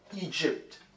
Egypt